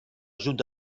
junta